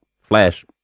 Flash